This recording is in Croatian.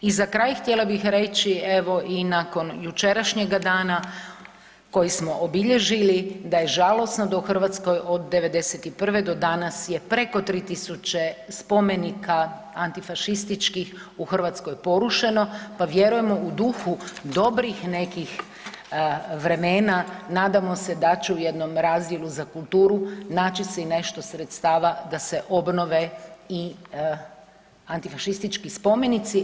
I za kraj, htjela bih reći evo i nakon jučerašnjega dana kojeg smo obilježili da je žalosno da u Hrvatskoj od '91. do danas je preko 3 tisuće spomenika antifašističkih u Hrvatskoj porušeno, pa vjerujemo u duhu dobrih nekih vremena, nadamo se da će u jednom razdjelu za kulturu naći se i nešto sredstava da se obnove i antifašističkih spomenici.